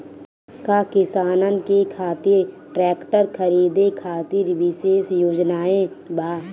का किसानन के खातिर ट्रैक्टर खरीदे खातिर विशेष योजनाएं बा?